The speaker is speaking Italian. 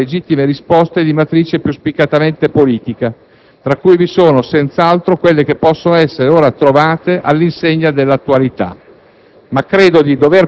di fornire adeguate e legittime risposte di matrice più spiccatamente politica (tra cui vi sono, senz'altro, quelle che possono essere ora trovate, all'insegna dell'attualità),